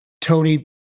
Tony